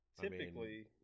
typically